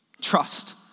Trust